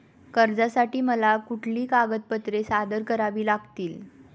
कर्जासाठी मला कुठली कागदपत्रे सादर करावी लागतील?